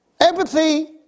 Empathy